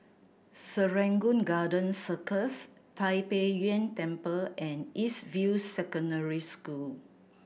Serangoon Garden Circus Tai Pei Yuen Temple and East View Secondary School